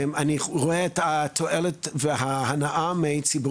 אני רואה את התועלת וההנאה של ציבור